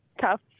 tough